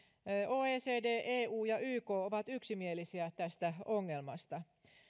oecd eu ja yk ovat yksimielisiä tästä ongelmasta